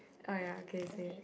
oh ya okay same